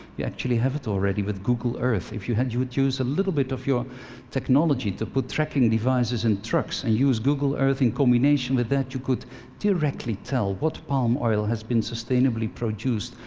we actually have it already with google earth. if you and you would use a little bit of your technology to put tracking devices in trucks, and use google earth in combination with that, you could directly tell what palm oil has been sustainably produced,